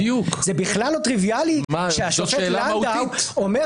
זה בכלל לא טריוויאלי שהשופט לנדאו אומר